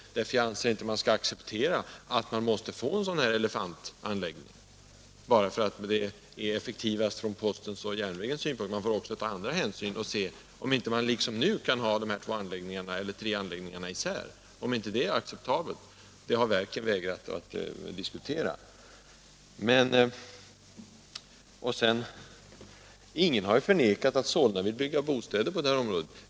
Jag anser att kommunerna inte skall behöva acceptera en sådan här elefantanläggning bara därför att den är mest effektiv från postens och järnvägens synpunkt. Man får också ta andra hänsyn och se om man inte liksom nu kan ha de olika anläggningarna skilda från varandra, men det har verken inte velat gå in på. Ingen har förnekat att Solna vill bygga bostäder på området.